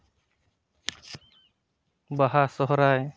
ᱵᱟᱦᱟ ᱥᱚᱦᱨᱟᱭ